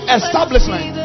establishment